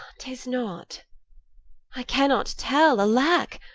tis not i cannot tell, alack